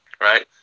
Right